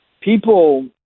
people